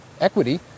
equity